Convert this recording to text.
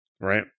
right